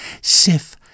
Sif